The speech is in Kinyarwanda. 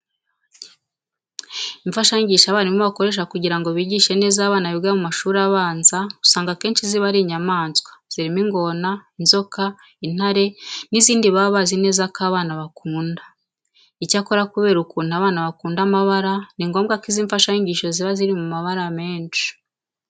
Imfashanyigisho abarimu bakoresha kugira ngo bigishe neza abana biga mu mashuri abanza usanga akenshi ziba ari inyamaswa zirimo ingona, inzoka, intare n'izindi baba bazi neza ko abana bakunda. Icyakora kubera ukuntu abana bakunda amabara, ni ngombwa ko izi mfashanyigisho ziba ziri mu mabara menshi.